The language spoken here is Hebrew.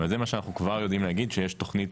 אבל זה מה שאנחנו כבר יודעים להגיד שיש תוכנית